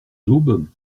daube